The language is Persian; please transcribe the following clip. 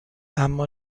اما